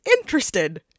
interested